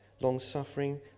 long-suffering